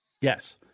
Yes